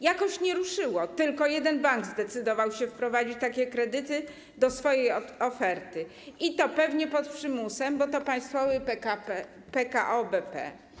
Jakoś nie ruszyło, tylko jeden bank zdecydował się wprowadzić takie kredyty do swojej oferty, i to pewnie pod przymusem, bo to państwowy bank PKO BP.